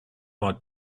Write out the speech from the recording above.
might